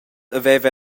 haveva